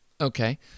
Okay